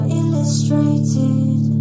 illustrated